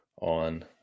on